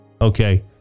okay